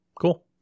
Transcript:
Cool